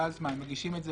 ואז הם מגישים את זה